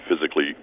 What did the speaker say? physically